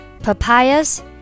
Papayas